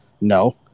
No